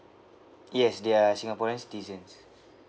yes they are singaporean citizens